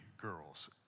girls